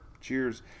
Cheers